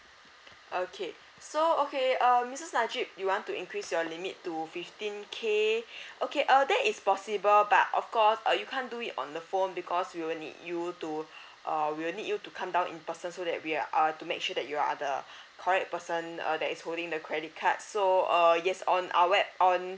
okay so okay um missus najib you want to increase your limit to fifteen K okay uh that is possible but of course uh you can't do it on the phone because we will need you to uh we'll need you to come down in person so that we are err to make sure that you are the correct person uh that is holding the credit card so uh yes on our wet on